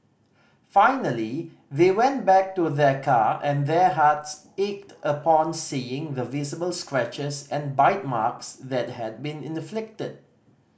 finally they went back to their car and their hearts ached upon seeing the visible scratches and bite marks that had been inflicted